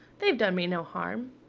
they've done me no harm.